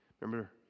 Remember